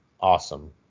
awesome